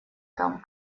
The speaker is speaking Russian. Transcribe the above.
там